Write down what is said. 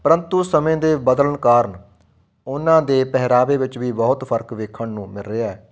ਪ੍ਰੰਤੂ ਸਮੇਂ ਦੇ ਬਦਲਣ ਕਾਰਨ ਉਹਨਾਂ ਦੇ ਪਹਿਰਾਵੇ ਵਿੱਚ ਵੀ ਬਹੁਤ ਫਰਕ ਵੇਖਣ ਨੂੰ ਮਿਲ ਰਿਹਾ